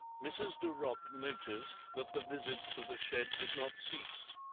mrs. de ropp noticed that the visits to the shed did not cease,